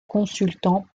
consultant